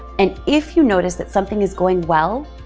and if you notice that something is going well,